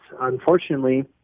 unfortunately